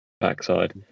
backside